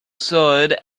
sword